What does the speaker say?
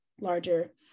larger